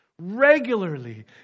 Regularly